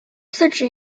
自治